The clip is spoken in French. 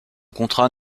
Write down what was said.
contrat